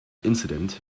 incident